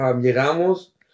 Llegamos